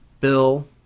Bill